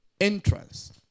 entrance